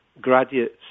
graduates